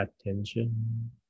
attention